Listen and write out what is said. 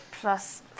plus